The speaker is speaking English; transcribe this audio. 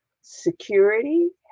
security